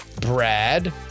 Brad